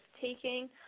taking